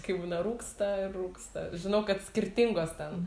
kai būna rūgsta ir rūksta žinau kad skirtingos ten